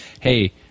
Hey